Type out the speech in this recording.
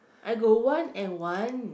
I got one and one